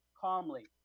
calmly